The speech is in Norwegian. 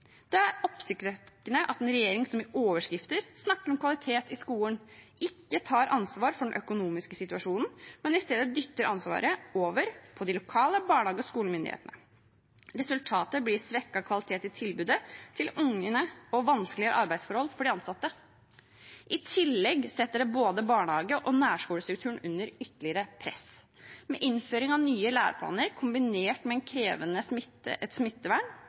Det er oppsiktsvekkende at en regjering som i overskrifter snakker om kvalitet i skolen, ikke tar ansvar for den økonomiske situasjonen, men isteden dytter ansvaret over på de lokale barnehage- og skolemyndighetene. Resultatet blir svekket kvalitet i tilbudet til ungene og vanskeligere arbeidsforhold for de ansatte. I tillegg setter det både barnehage- og nærskolestrukturen under ytterligere press. Med innføring av nye læreplaner kombinert med et krevende smittevern risikerer vi at det hele blir et